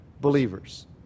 believers